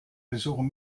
besuchen